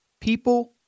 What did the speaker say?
People